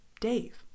Dave